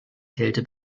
kälte